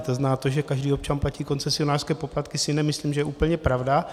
To znamená, to, že každý občan platí koncesionářské poplatky, si nemyslím, že je úplně pravda.